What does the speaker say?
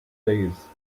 these